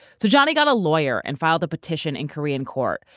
so johnny got a lawyer and filed a petition in korean court,